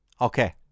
Okay